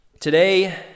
Today